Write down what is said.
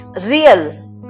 real